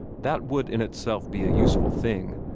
that would in itself be a useful thing,